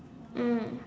mm